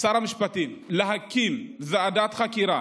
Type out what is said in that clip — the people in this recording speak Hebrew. שר המשפטים, להקים ועדת חקירה